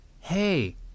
Hey